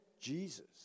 Jesus